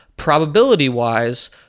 probability-wise